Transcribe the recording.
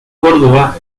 córdoba